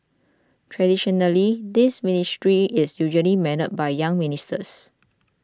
traditionally this ministry is usually manned by younger ministers